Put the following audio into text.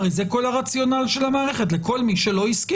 הרי זה כל הרציונל של המערכת, לכל מי שהסכים.